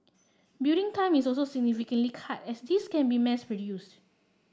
building time is also significantly cut as these can be mass produced